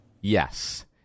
Yes